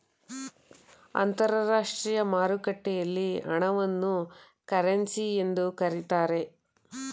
ಅಂತರಾಷ್ಟ್ರೀಯ ಮಾರುಕಟ್ಟೆಯಲ್ಲಿ ಹಣವನ್ನು ಕರೆನ್ಸಿ ಎಂದು ಕರೀತಾರೆ